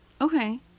Okay